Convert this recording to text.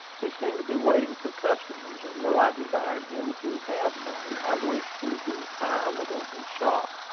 he seemed to be waiting for customers and though i desired him to have none, i wished him to retire within his shop,